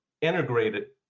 integrated